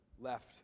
left